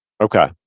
Okay